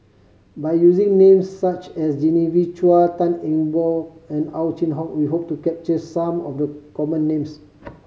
by using names such as Genevieve Chua Tan Eng Bock and Ow Chin Hock we hope to capture some of the common names